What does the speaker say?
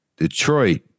Detroit